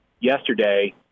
yesterday